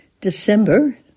December